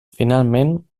finalment